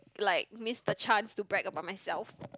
like miss the chance to brag about myself